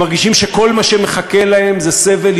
הם מרגישים שכל מה שמחכה להם זה סבל,